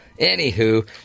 Anywho